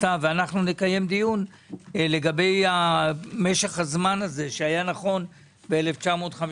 ואנחנו נקיים דיון לגבי משך הזמן שהיה נכון ב-1951,